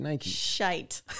shite